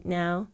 now